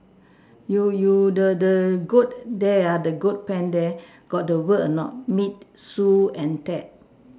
you you the the goat there ah the goat pen there got the word or not meet Sue and Ted